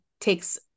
takes